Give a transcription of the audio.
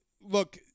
Look